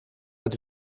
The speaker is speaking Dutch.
het